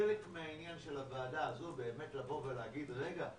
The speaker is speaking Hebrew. חלק מהעניין של הוועדה הזאת זה באמת לבוא ולהגיד: "רגע,